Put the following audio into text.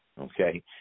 Okay